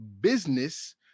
business